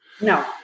No